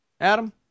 Adam